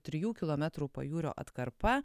trijų kilometrų pajūrio atkarpa